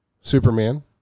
Superman